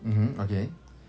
mmhmm okay